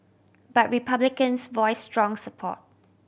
but Republicans voice strong support